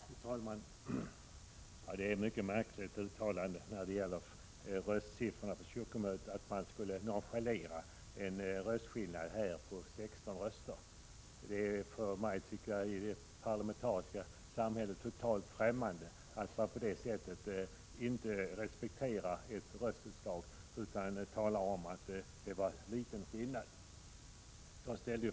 Fru talman! Det är ett mycket märkligt uttalande att en skillnad på 16 röster på kyrkomötet skall nonchaleras. I detta vårt demokratiska samhälle är det för mig helt främmande att på det sättet inte respektera ett röstutslag och påstå att det är en liten skillnad.